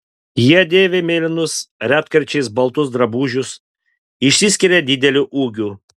jie dėvi mėlynus retkarčiais baltus drabužius išsiskiria dideliu ūgiu